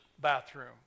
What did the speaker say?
Bathroom